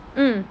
mm